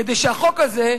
כדי שהחוק הזה,